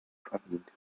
verdient